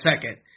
second